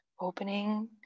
opening